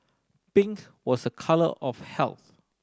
pink was a colour of health